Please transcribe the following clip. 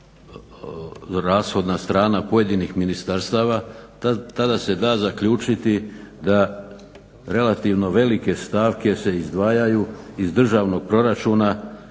rashodna strana pojedinih ministarstava tada se da zaključiti da relativno velike stavke se izdvajaju iz državnog proračuna